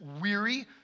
weary